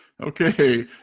Okay